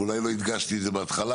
אולי לא הדגשתי את זה בהתחלה.